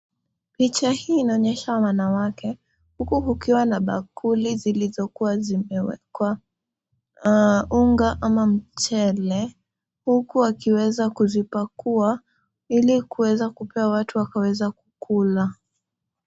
Picha hii inaonesha wanawake huku kukiwa na bakuli zilizokuwa zimewekwa unga ama mchele huku wakiweza kuzipaKuwa ili kuweza kuwapa watu waweze kula.